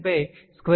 ఇది 35